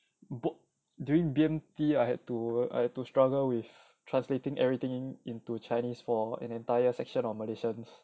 book during B_M_T I had to I had to struggle with translating everything into chinese for an entire section on malaysians